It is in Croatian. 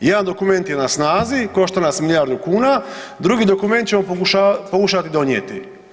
Jedan dokument je na snazi koštao nas je milijardu kuna, drugi dokument ćemo pokušati donijeti.